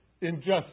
Injustice